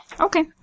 okay